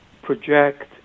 project